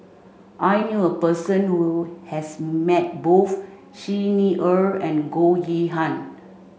I knew a person who has met both Xi Ni Er and Goh Yihan